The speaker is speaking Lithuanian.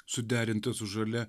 suderinta su žalia